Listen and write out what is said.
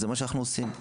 זה מה שאנחנו עושים,